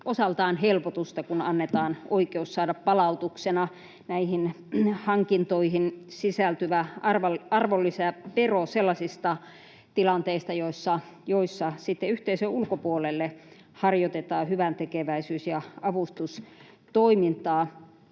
osaltaan helpotusta, kun annetaan oikeus saada näihin hankintoihin sisältyvä arvonlisävero palautuksena sellaisissa tilanteissa, joissa harjoitetaan hyväntekeväisyys- ja avustustoimintaa